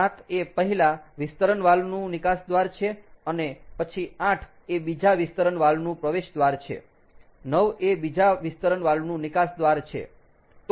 7 એ પહેલા વિસ્તરણ વાલ્વ નું નિકાસ દ્વાર છે પછી 8 એ બીજા વિસ્તરણ વાલ્વ નું પ્રવેશ દ્વાર છે 9 એ બીજા વિસ્તરણ વાલ્વ નું નિકાસ દ્વાર છે